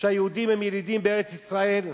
שהיהודים הם ילידים בארץ-ישראל,